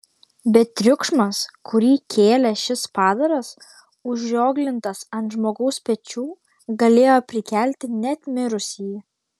bet triukšmas kurį kėlė šis padaras užrioglintas ant žmogaus pečių galėjo prikelti net mirusįjį